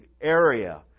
area